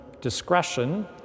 discretion